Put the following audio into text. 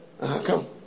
come